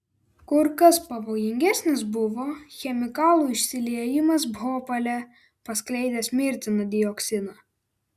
kur kas pavojingesnis buvo chemikalų išsiliejimas bhopale paskleidęs mirtiną dioksiną